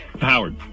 Howard